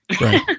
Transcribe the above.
Right